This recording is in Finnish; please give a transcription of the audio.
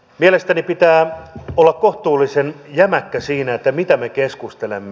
mielestäni pitää olla kohtuullisen jämäkkä siinä mitä me keskustelemme